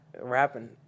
rapping